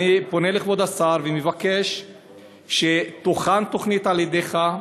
אני פונה אל כבוד השר ומבקש שתוכן תוכנית על-ידיך,